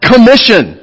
commission